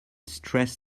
stress